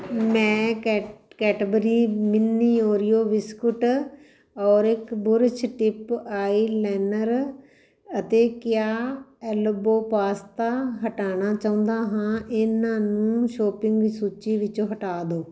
ਮੈਂ Cad Cadbury mini Oreo biscuit ਔਰ ਇੱਕ ਬੁਰਸ਼ ਟਿਪ ਆਈਲਾਈਨਰ ਅਤੇ ਕਿਆ ਐਲਬੋ ਪਾਸਤਾ ਹਟਾਉਣਾ ਚਾਹੁੰਦਾ ਹਾਂ ਇਹਨਾਂ ਨੂੰ ਸ਼ੋਪਿੰਗ ਦੀ ਸੂਚੀ ਵਿੱਚੋ ਹਟਾ ਦਿਓ